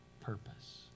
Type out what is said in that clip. purpose